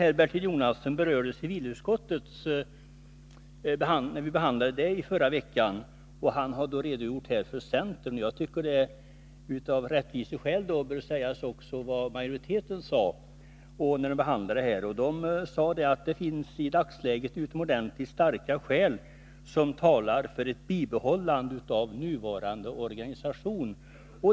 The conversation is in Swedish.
Slutligen: Bertil Jonasson redogör för centerns inställning till det ärende från civilutskottet som vi behandlade i förra veckan. Det bör då av rättviseskäl också redovisas vad majoriteten anförde, nämligen att det i dagsläget finns utomordentligt starka skäl som talar för bibehållande av nuvarande organisation.